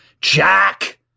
Jack